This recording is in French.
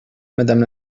madame